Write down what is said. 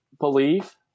believe